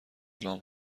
لامپ